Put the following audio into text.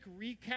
recap